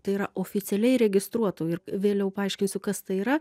tai yra oficialiai registruotų ir vėliau paaiškinsiu kas tai yra